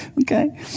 okay